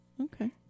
okay